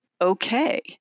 okay